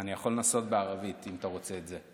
אני יכול לנסות בערבית, אם אתה רוצה את זה.